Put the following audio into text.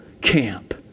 camp